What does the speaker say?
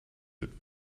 eux